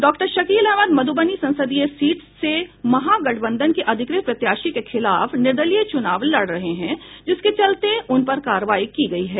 doctor Shakeel Ahmad Madhubani संसदीय seat से महागठबंधन के अधिकृत प्रत्याशी के खिलाफ निर्दलीय चुनाव लड रहे हैं जिसके चलते उन पर कार्रवाई की गयी है